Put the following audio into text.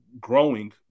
growing